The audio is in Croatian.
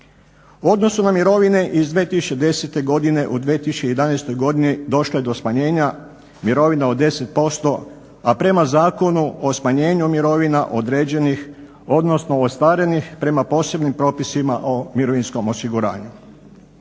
U odnosu na mirovine iz 2010.godine u 2011.godini došlo je do smanjenja mirovina od 10%, a prema Zakonu o smanjenju mirovina određenih odnosno ostvarenih prema posebnim propisima o mirovinskom osiguranju.